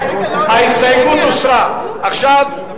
ההסתייגות השנייה של קבוצת סיעת קדימה